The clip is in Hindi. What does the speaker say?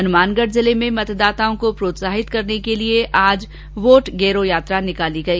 हनुमानगढ जिले में मतदाताओं को प्रोत्साहित करने के लिए आज वोट गेरो यात्रा आयोजित की गई